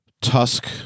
Tusk